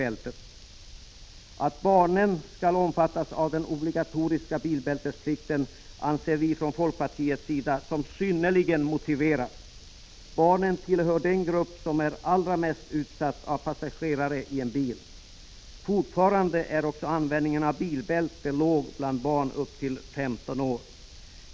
Kravet att barnen skall omfattas av den obligatoriska bilbältesplikten anser vi i folkpartiet vara synnerligen motiverat. Av passagerarna i en bil är det barnen som är allra mest utsatta. Fortfarande är också procenttalet lågt när det gäller användningen av bilbälte. Det gäller då barn upp till 15 år.